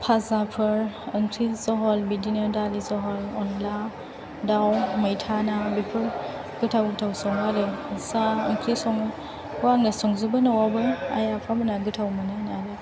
फाजाफोर ओंख्रि जहल बिदिनो दालि जहल अनला दाव मैथा ना बेफोर गोथाव गोथाव सङो आरो जा ओंख्रि सङो बेखौ आंनो संजोबो न'आवबो आइ आफा मोना गोथाव मोनो होनो आरो